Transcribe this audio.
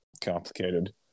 complicated